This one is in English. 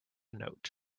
note